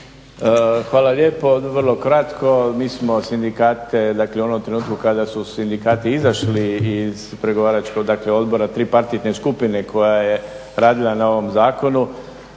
Hvala lijepo. Vrlo kratko. Mi smo sindikate u onom trenutku kada su sindikati izašli iz pregovaračkog odbora tripartitne skupine koja je radila na ovom zakonu